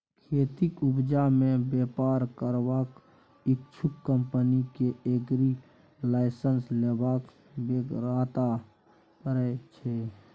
खेतीक उपजा मे बेपार करबाक इच्छुक कंपनी केँ एग्री लाइसेंस लेबाक बेगरता परय छै